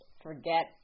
forget